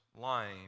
lying